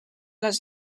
les